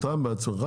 אתה בעצמך?